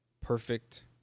perfect